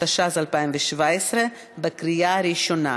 התשע"ז 2017, בקריאה ראשונה.